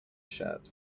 shirt